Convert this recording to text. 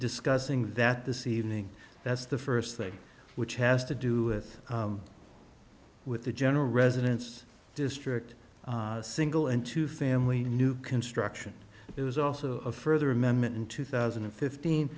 discussing that this evening that's the first thing which has to do with with the general residence district single and to family new construction there was also a further amendment in two thousand and fifteen